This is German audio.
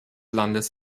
landes